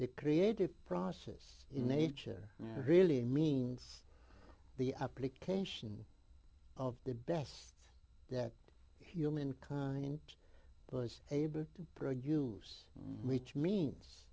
the creative process in nature really means the application of the best that human kind was able to produce reach means